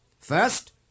First